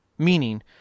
Meaning